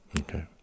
Okay